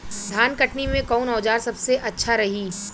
धान कटनी मे कौन औज़ार सबसे अच्छा रही?